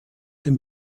dem